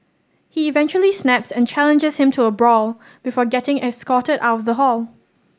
he eventually snaps and challenges him to a brawl before getting escorted out of the hall